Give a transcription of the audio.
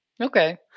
Okay